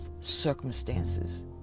circumstances